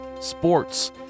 sports